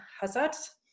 hazards